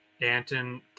Danton